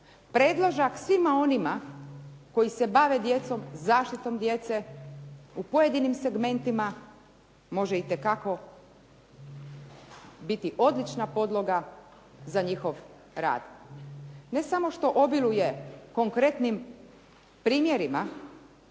Predložak svima onima koji se bave djecom, zaštitom djece, u pojedinim segmentima može i te kako biti odlična podloga za njihov rad. Ne samo što obiluje konkretnim primjerima,